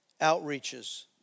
outreaches